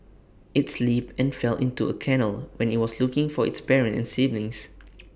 IT slipped and fell into A canal when IT was looking for its parents and siblings